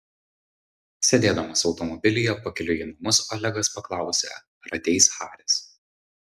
sėdėdamas automobilyje pakeliui į namus olegas paklausė ar ateis haris